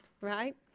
right